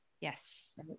Yes